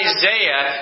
Isaiah